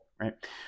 right